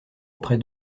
auprès